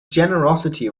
generosity